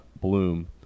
bloom